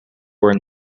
were